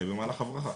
במהלך הברחה.